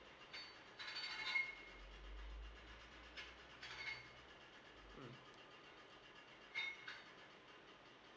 mm